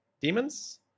demons